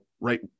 right